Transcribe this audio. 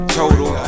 total